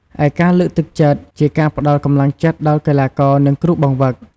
ឯការលើកទឹកចិត្ត៊ជាការ ផ្តល់កម្លាំងចិត្តដល់កីឡាករ និងគ្រូបង្វឹក។